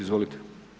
Izvolite.